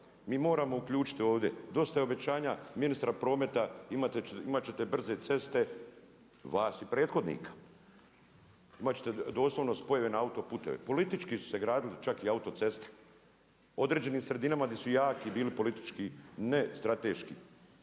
Mi moramo uključiti ovdje, dosta je obećanja ministra prometa, imat ćete brze ceste vas i prethodnika, imat ćete doslovno spojene autoputeve. Politički su se gradili čak i autocesta, određenim sredinama gdje su jaki bili politički ne strateški